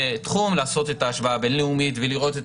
לעשות את ההשוואה הבין-לאומית ולראות את